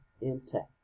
intact